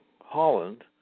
Holland